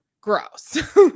gross